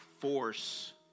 force